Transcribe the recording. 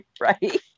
right